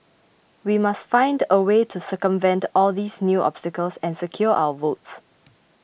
we must find a way to circumvent all these new obstacles and secure our votes